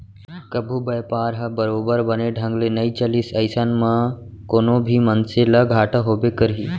कभू बयपार ह बरोबर बने ढंग ले नइ चलिस अइसन म कोनो भी मनसे ल घाटा होबे करही